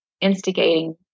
instigating